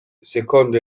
secondo